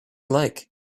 like